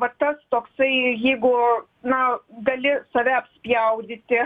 va tas toksai jeigu na gali save apspjaudyti